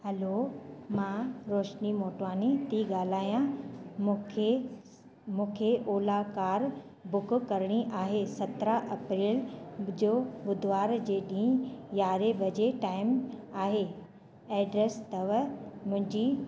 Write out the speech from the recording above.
हलो मां रोशनी मोटवानी थी ॻाल्हायां मूंखे मूंखे ओला कार बुक करिणी आहे सत्रहं अप्रैल जो ॿुधवार जे ॾींहुं यारहें बजे टाईम आहे एड्रेस अथव मुंहिंजी